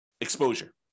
exposure